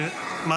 בעד.